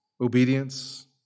obedience